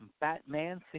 Batman